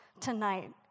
tonight